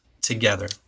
together